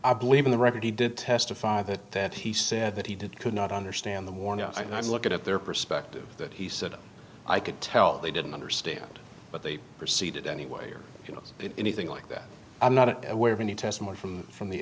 i believe in the record he did testify that that he said that he did could not understand the war no i don't look at their perspective that he said i could tell they didn't understand but they proceeded anyway or you know anything like that i'm not aware of any testimony from from the